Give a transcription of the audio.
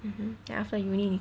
mmhmm ya after uni